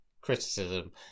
criticism